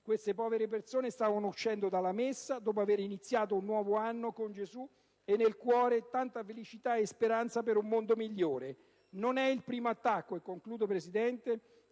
Queste povere persone stavano uscendo dalla messa dopo aver iniziato un nuovo anno con Gesù e nel cuore tanta felicità e speranza per un mondo migliore. Non è il primo attacco che noi cristiani